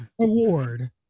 Award